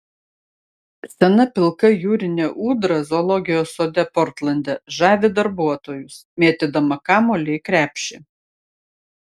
sena pilka jūrinė ūdra zoologijos sode portlande žavi darbuotojus mėtydama kamuolį į krepšį